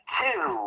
two